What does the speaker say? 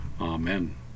Amen